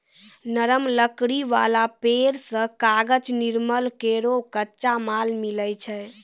नरम लकड़ी वाला पेड़ सें कागज निर्माण केरो कच्चा माल मिलै छै